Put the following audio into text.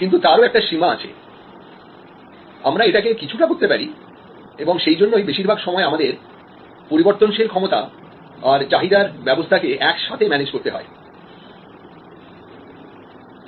কিন্তু তারও একটা সীমা আছে আমরা এটাকে কিছুটা করতে পারি এবং সেই জন্যই বেশিরভাগ সময়ে আমাদের পরিবর্তনশীল ক্ষমতা আর চাহিদার ব্যবস্থাকে একসাথে ম্যানেজ করতে হয়